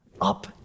up